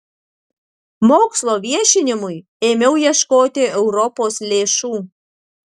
mokslo viešinimui ėmiau ieškoti europos lėšų